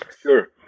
Sure